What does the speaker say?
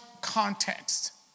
context